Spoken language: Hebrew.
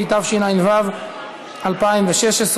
התשע"ו 2016,